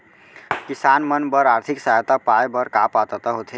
किसान मन बर आर्थिक सहायता पाय बर का पात्रता होथे?